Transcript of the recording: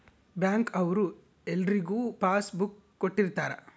bank ಅವ್ರು ಎಲ್ರಿಗೂ passbook ಕೊಟ್ಟಿರ್ತರ